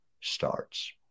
starts